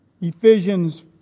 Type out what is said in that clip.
Ephesians